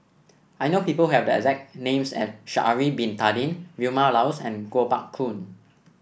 I know people have the exact names as Sha'ari Bin Tadin Vilma Laus and Kuo Pao Kun